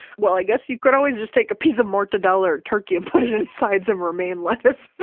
well, i guess you could always just take a piece of mortadella or turkey and put it inside some romaine lettuce